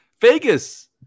vegas